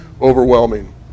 overwhelming